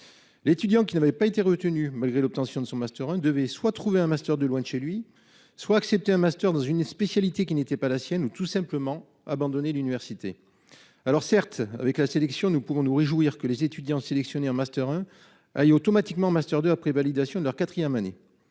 L'étudiant qui n'avait pas été retenu, malgré l'obtention de son master 1, devait trouver un master 2 loin de chez lui, accepter un master dans une spécialité qui n'était pas la sienne ou tout simplement abandonner l'université. Certes, avec la sélection, nous pouvons nous réjouir que les étudiants admis en master 1 aillent automatiquement en master 2 après validation de leur quatrième année.